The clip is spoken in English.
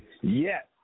Yes